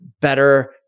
better